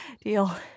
Deal